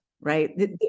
right